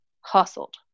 hustled